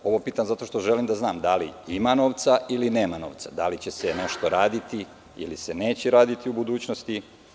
Ovo pitam zato što želim da znam, da li ima novca ili nema novca, da li će se nešto raditi ili se neće raditi u budućnosti?